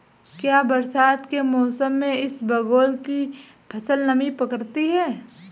क्या बरसात के मौसम में इसबगोल की फसल नमी पकड़ती है?